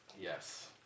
Yes